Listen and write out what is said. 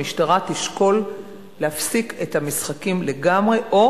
המשטרה תשקול להפסיק את המשחקים לגמרי או